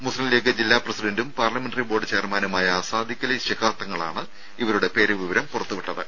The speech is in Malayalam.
മുസ്ലിം ലീഗ് ജില്ലാ പ്രസിഡന്റും പാർലമെന്ററി പോർഡ് ചെയർമാനുമായ സാദിഖലി ശിഹാബ് തങ്ങളാണ് ഇവരുടെ പേരുവിവരം പുറത്തുവിട്ടത്